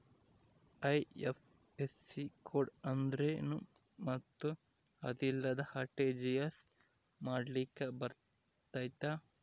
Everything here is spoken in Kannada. ಐ.ಎಫ್.ಎಸ್.ಸಿ ಕೋಡ್ ಅಂದ್ರೇನು ಮತ್ತು ಅದಿಲ್ಲದೆ ಆರ್.ಟಿ.ಜಿ.ಎಸ್ ಮಾಡ್ಲಿಕ್ಕೆ ಬರ್ತೈತಾ?